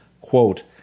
Quote